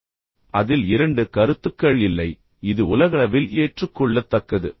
எனவே அதில் இரண்டு கருத்துக்கள் இல்லை எனவே இது உலகளவில் ஏற்றுக்கொள்ளத்தக்கது